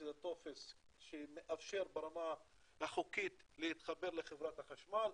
זה הטופס שמאפשר ברמה החוקית להתחבר לחברת החשמל,